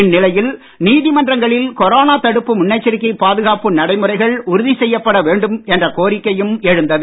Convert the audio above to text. இந்நிலையில் நீதிமன்றங்களில் கொரோனா தடுப்பு முன்னெச்சரிக்கை பாதுகாப்பு நடைமுறைகள் உறுதிசெய்யப்பட வேண்டும் என்ற கோரிக்கையும் எழுந்தது